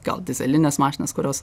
gal dyzelines mašinas kurios